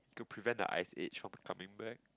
prevent the Ice Age from coming back